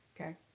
Okay